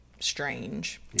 strange